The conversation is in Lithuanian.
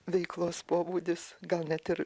veiklos pobūdis gal net ir